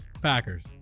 Packers